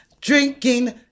drinking